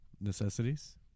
necessities